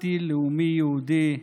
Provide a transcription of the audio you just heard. התשפ"א 2021,